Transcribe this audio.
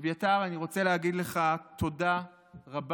אביתר, אני רוצה להגיד לך תודה רבה